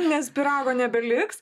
nes pyrago nebeliks